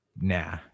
Nah